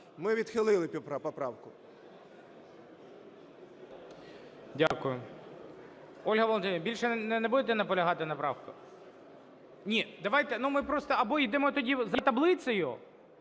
Ми відхилили цю поправку.